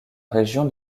région